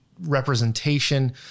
representation